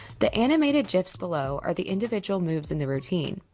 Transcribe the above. the animated gifs below are the individual moves in the routine